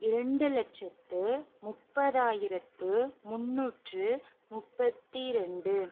இரண்டு லட்சத்து முப்பதாயிரத்து முந்நூற்று முப்பத்தி ரெண்டு